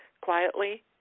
quietly